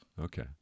Okay